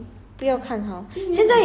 that time must